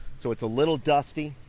so it's a little dusty,